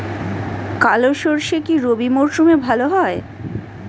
কালো সরষে কি রবি মরশুমে ভালো হয়?